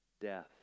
death